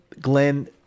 Glenn